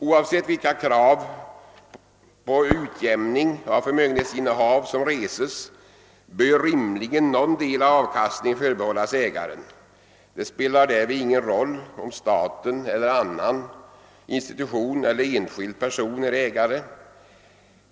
Oavsett vilka krav på utjämning av förmögenhetsinnehav som reses bör rimligen någon del av avkastningen förbehållas ägaren. Det spelar därvid ingen roll om staten eller annan allmän institution — eller enskild person -— är ägare.